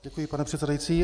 Děkuji, pane předsedající.